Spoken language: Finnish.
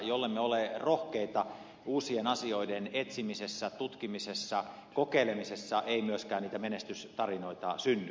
jollemme ole rohkeita uusien asioiden etsimisessä tutkimisessa kokeilemisessa ei myöskään niitä menestystarinoita synny